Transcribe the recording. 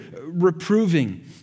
reproving